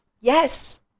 Yes